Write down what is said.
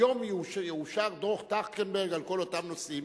היום יאושר דוח-טרכטנברג על כל אותם נושאים,